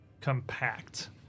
compact